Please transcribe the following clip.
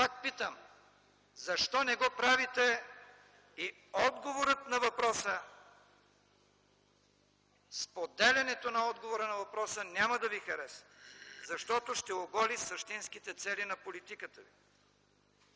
пак питам: „Защо не го правите?” И отговорът на въпроса, споделянето на отговора на въпроса няма да ви хареса, защото ще оголи същинските цели на политиката ви.